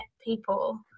people